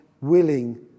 willing